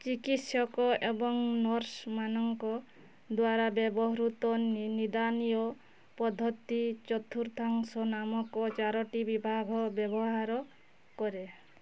ଚିକିତ୍ସକ ଏବଂ ନର୍ସମାନଙ୍କ ଦ୍ୱାରା ବ୍ୟବହୃତ ନିଦାନୀୟ ପଦ୍ଧତି ଚତୁର୍ଥାଂଶ ନାମକ ଚାରୋଟି ବିଭାଗ ବ୍ୟବହାର କରେ